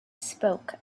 spoke